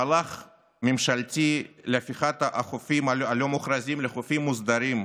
מהלך ממשלתי להפיכת החופים הלא-מוכרזים לחופים מוסדרים,